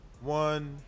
one